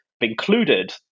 included